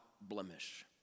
blemish